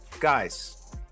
Guys